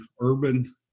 urban